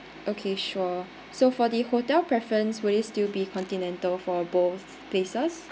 okay sure so for the hotel preference will it still be continental for both places